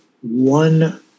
one